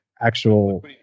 actual